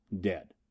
dead